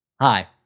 hi